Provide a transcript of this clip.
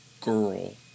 girl